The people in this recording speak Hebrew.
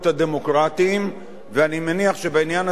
ואני מניח שבעניין הזה אין בינינו חילוקי דעות.